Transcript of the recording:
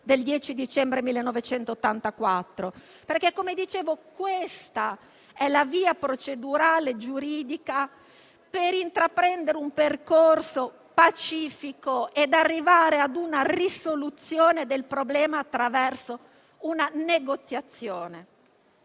del 10 dicembre 1984. Questa è la via procedurale e giuridica per intraprendere un percorso pacifico e arrivare a una soluzione del problema attraverso una negoziazione.